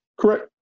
Correct